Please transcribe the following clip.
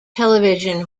television